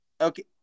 Okay